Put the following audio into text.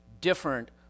different